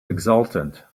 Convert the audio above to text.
exultant